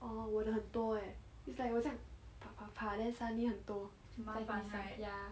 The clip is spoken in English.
哦我的很多 eh it's like 我这样啪啪啪 then suddenly 很多在地上 ya